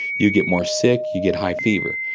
you get more sick, you get high fever.